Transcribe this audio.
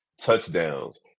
touchdowns